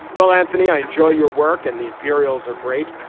well, anthony, i enjoy your work and the imperials are great.